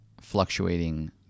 fluctuating